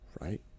right